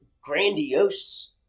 grandiose